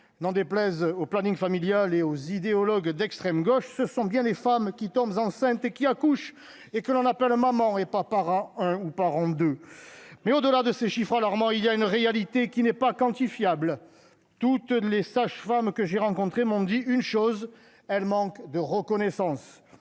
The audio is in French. n'en déplaise au planning familial et aux idéologue d'extrême gauche, ce sont bien les femmes qui tombe enceinte et qui accouche et que l'on appelle maman est pas parents ou parents de mais au-delà de ces chiffres alarmants, il y a une réalité qui n'est pas quantifiable toutes les sages-femmes que j'ai rencontrés m'ont dit une chose, elle manque de reconnaissance